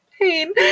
pain